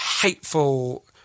hateful